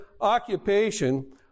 occupation